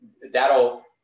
that'll